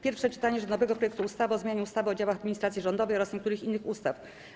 Pierwsze czytanie rządowego projektu ustawy o zmianie ustawy o działach administracji rządowej oraz niektórych innych ustaw.